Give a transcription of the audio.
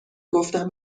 گفتم